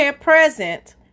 present